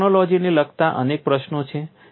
ટેકનોલોજીને લગતા અનેક પ્રશ્નો છે